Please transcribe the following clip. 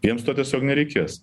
jiems to tiesiog nereikės